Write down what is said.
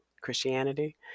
Christianity